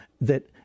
that-